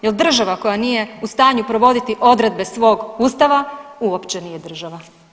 Jer država koja nije u stanju provoditi odredbe svog Ustava uopće nije država.